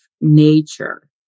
nature